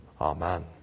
Amen